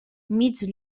mig